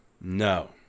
No